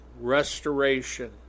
restoration